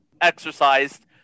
exercised